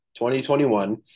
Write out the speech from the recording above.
2021